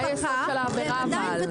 זה הייסוד של העבירה אבל.